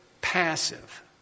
passive